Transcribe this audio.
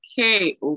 Okay